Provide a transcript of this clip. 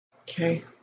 Okay